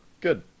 Good